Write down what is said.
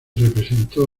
representó